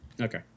okay